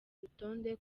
rutonde